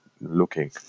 looking